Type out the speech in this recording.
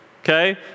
okay